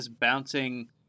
bouncing